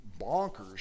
bonkers